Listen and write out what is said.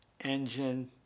engine